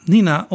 Nina